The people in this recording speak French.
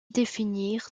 définir